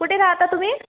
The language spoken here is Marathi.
कुठे राहता तुम्ही